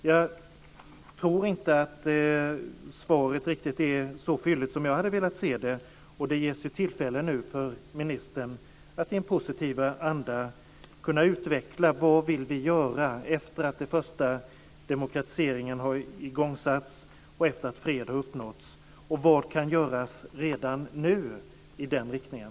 Jag tror inte att svaret är riktigt så fylligt som jag hade velat se det. Det ges nu tillfälle för ministern att i en positiv anda kunna utveckla vad som ska göras efter det att den första demokratiseringen har igångsatts och efter det att fred har uppnåtts. Vad kan göras redan nu i den riktningen?